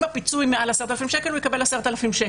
אם הפיצוי מעל 10,000 שקל, הוא יקבל 10,000 שקל.